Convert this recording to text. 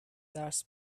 درس